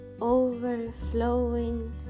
overflowing